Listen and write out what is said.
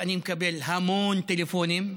אני מקבל המון טלפונים,